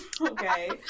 Okay